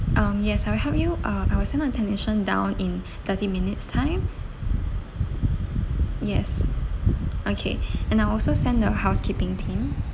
um yes I will help you uh I will send out a technician down in thirty minutes' time yes okay and I will also send the housekeeping team